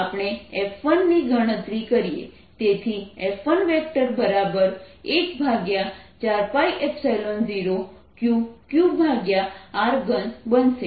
F∝ x FQ214π0Q1Q2r3r12 હવે ચાલો આપણે F1 ની ગણતરી કરીએ તેથી F114π0Q qr3 બનશે